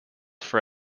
for